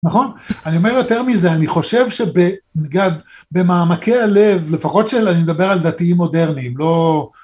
נכון? אני אומר יותר מזה, אני חושב שבמעמקי הלב, לפחות שאני מדבר על דתיים מודרניים, לא...